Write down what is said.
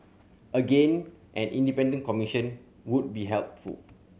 again an independent commission would be helpful